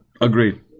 Agreed